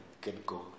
get-go